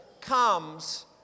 comes